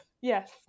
yes